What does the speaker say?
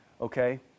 Okay